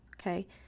okay